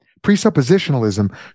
presuppositionalism